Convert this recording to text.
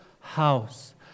house